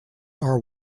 are